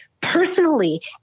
personally